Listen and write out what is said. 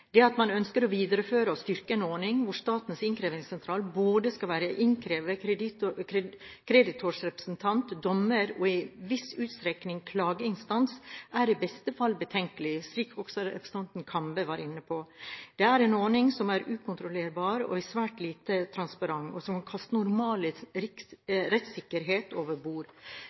Det at man ønsker å videreføre og styrke en ordning hvor Statens innkrevingssentral skal være både innkrever, kreditors representant, dommer og i en viss utstrekning klageinstans, er i beste fall betenkelig, slik også representanten Kambe var inne på. Det er en ordning som er ukontrollerbar og svært lite transparent, og som kaster normal rettssikkerhet over bord.